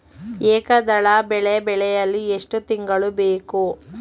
ಏಕದಳ ಬೆಳೆ ಬೆಳೆಯಲು ಎಷ್ಟು ತಿಂಗಳು ಬೇಕು?